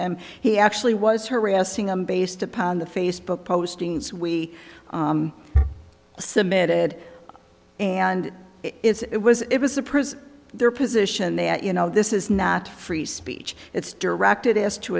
him he actually was harassing them based upon the facebook postings we submitted and it was it was a prison their position that you know this is not free speech it's directed as to